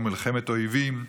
או מלחמת אויבים.